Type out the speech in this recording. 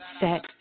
set